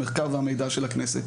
המחקר והמידע של הכנסת.